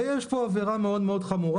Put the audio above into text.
הרי יש פה עבירה מאוד חמורה.